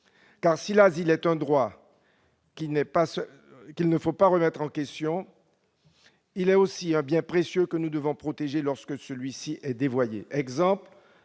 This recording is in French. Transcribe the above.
Si l'asile est un droit qu'il ne faut pas remettre en question, il est aussi un bien précieux que nous devons protéger lorsque celui-ci est dévoyé. Par exemple,